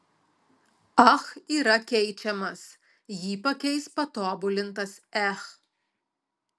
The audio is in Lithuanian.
ach yra keičiamas jį pakeis patobulintas ech